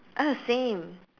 uh same